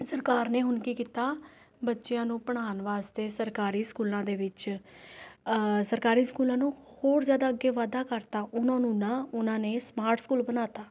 ਸਰਕਾਰ ਨੇ ਹੁਣ ਕੀ ਕੀਤਾ ਬੱਚਿਆਂ ਨੂੰ ਪੜ੍ਹਾਉਣ ਵਾਸਤੇ ਸਰਕਾਰੀ ਸਕੂਲਾਂ ਦੇ ਵਿੱਚ ਸਰਕਾਰੀ ਸਕੂਲਾਂ ਨੂੰ ਹੋਰ ਜ਼ਿਆਦਾ ਅੱਗੇ ਵਾਧਾ ਕਰ ਤਾ ਉਨ੍ਹਾਂ ਨੂੰ ਨਾ ਉਨ੍ਹਾਂ ਨੇ ਸਮਾਟ ਸਕੂਲ ਬਣਾ ਤਾ